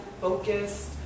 focused